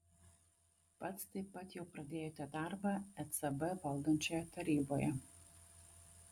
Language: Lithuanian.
pats taip pat jau pradėjote darbą ecb valdančioje taryboje